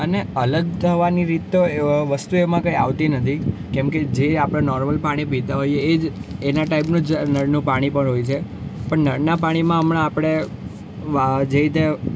અને અલગ થવાની રીત તો વસ્તુ એમાં કંઈ આવતી નથી કેમ કે જે આપણે નોર્મલ પાણી પીતા હોઈએ એ જ એનાં ટાઈપનું જ નળનું પાણી હોય છે પણ નળનાં પાણીમાં હમણાં આપણે જે રીતે